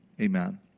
Amen